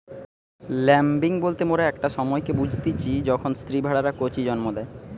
lambing বলতে মোরা একটা সময়কে বুঝতিচী যখন স্ত্রী ভেড়ারা কচি জন্ম দেয়